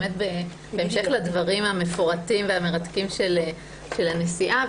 בהמשך לדברים המפורטים והמרתקים של הנשיאה.